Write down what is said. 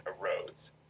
arose